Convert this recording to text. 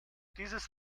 dieses